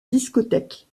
discothèque